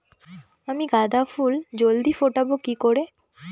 আমি গাঁদা ফুল জলদি ফোটাবো কি করে?